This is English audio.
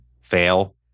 fail